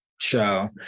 show